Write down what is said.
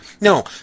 No